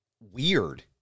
weird